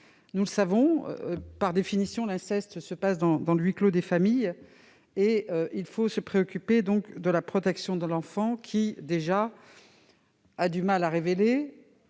son encontre. Par définition, l'inceste se passe dans le huis clos des familles, il faut donc se préoccuper de la protection de l'enfant qui a déjà du mal à révéler